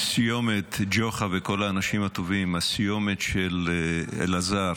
ג'וחה וכל האנשים הטובים, הסיומת של אלעזר,